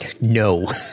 No